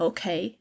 Okay